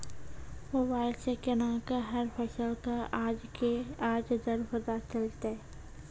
Mobile सऽ केना कऽ हर फसल कऽ आज के आज दर पता चलतै?